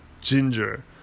ginger